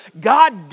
God